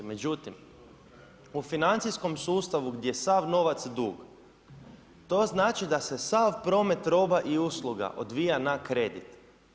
Međutim, u financijskom sustavu gdje je sav novac dug to znači da se sav promet roba i usluga odvija na kredit.